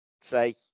Say